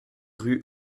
rue